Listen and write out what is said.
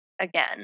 again